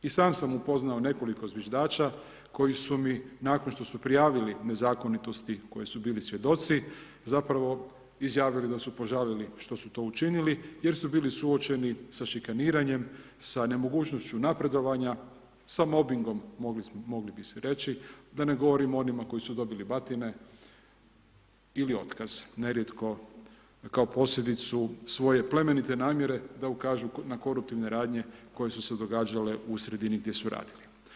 I sam sam upoznao nekoliko zviždača koji su mi nakon što su prijavili nezakonitosti koje su bili svjedoci zapravo izjavili da su požalili što su to učinili jer su bili suočeni sa šikaniranjem, sa nemogućnošću napredovanja, sa mobbingom moglo bi se reći, da ne govorim o onima koji su dobili batine ili otkaz, nerijetko kao posljedicu svoje plemenite namjere da ukažu na koruptivne radnje koje su se događale u sredini gdje su radili.